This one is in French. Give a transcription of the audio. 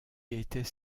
étaient